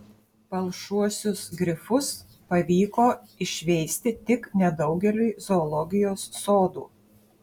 palšuosius grifus pavyko išveisti tik nedaugeliui zoologijos sodų